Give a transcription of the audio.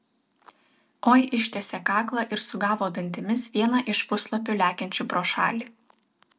oi ištiesė kaklą ir sugavo dantimis vieną iš puslapių lekiančių pro šalį